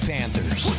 Panthers